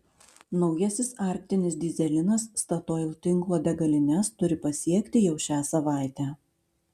naujasis arktinis dyzelinas statoil tinklo degalines turi pasiekti jau šią savaitę